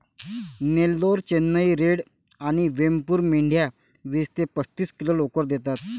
Nellore, Chennai red आणि वेमपूर मेंढ्या वीस ते पस्तीस किलो लोकर देतात